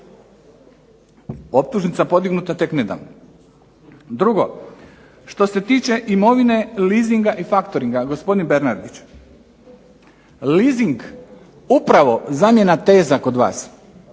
Optužnica podignuta tek nedavno. Drugo, što se tiče imovine, leasinga i faktoringa gospodin Bernardić, leasing upravo zamjena teza kod vas.